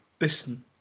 Listen